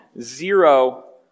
zero